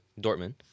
Dortmund